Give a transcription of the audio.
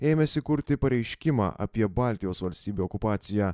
ėmėsi kurti pareiškimą apie baltijos valstybių okupaciją